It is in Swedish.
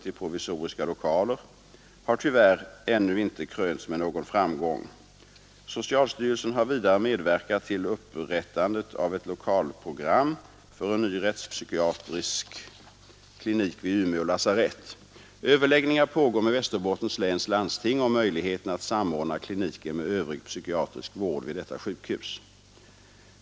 till provisoriska lokaler — har tyvärr ännu inte krönts med någon framgång. Socialstyrelsen har vidare medverkat till upprättandet av ett lokalprogram för en ny rättspsykiatrisk klinik vid Umeå lasarett. Överläggningar pågår med Västerbottens läns landsting om möjligheten att samordna kliniken med övrig psykiatrisk vård vid detta sjukhus.